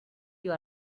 you